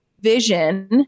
vision